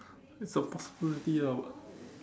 that's a possibility ah but